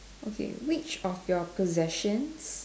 okay which of your possessions